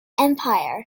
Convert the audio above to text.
empire